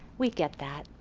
we get that.